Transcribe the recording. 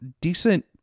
decent